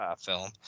film